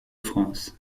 france